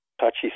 touchy